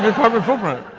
carbon footprint.